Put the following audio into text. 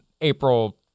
April